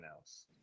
else